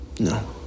No